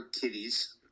kitties